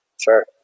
Sure